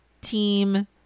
Team